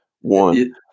one